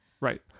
Right